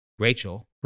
Rachel